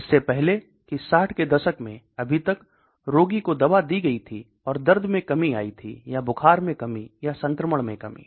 इससे पहले कि 60 के दशक में अभी तक रोगी को दवा दी गई थी और दर्द में कमी आई थी या बुखार में कमी या संक्रमण में कमी